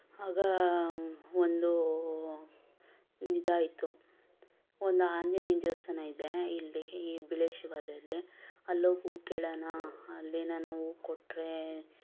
ಆಗ ಒಂದು ನಿದಾ ಆಯ್ತು ಒಂದು ಆಂಜನೇಯನ ದೇವಸ್ಥಾನ ಇದೆ ಇಲ್ಲಿ ಈ ಬಿಳಿ ಶಿವಾಲಯಲ್ಲಿ ಅಲ್ಲೋಗಿ ಹೂ ಕೇಳೋಣ ಅಲ್ಲೇನನ ಹೂ ಕೊಟ್ಟರೆ